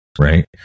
right